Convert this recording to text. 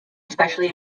especially